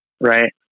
Right